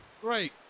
Great